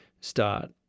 start